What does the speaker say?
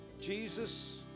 Jesus